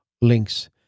links